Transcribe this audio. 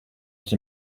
qui